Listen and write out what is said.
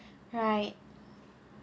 right